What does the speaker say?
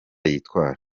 yitwara